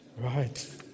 Right